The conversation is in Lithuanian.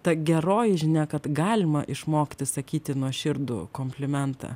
ta geroji žinia kad galima išmokti sakyti nuoširdų komplimentą